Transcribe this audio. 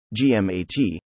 GMAT